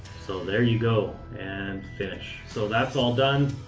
so there you go. and finish. so that's all done.